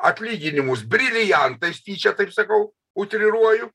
atlyginimus briliantais tyčia taip sakau utiliruoju